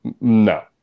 No